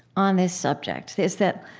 on this subject is that,